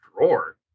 drawer